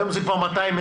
היום זה כבר 220,